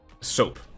Soap